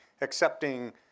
accepting